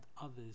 others